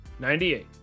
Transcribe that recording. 98